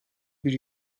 bir